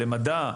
למדע,